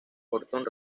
orton